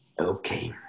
Okay